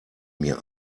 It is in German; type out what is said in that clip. mir